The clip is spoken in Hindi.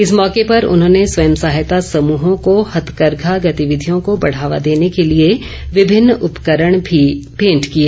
इस मौके पर उन्होंने स्वयं सहायता समूहों को हथकरघा गतिविधियों को बढावा देने के लिए विभिन्न उपकरण भी भेंट किए